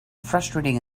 frustrating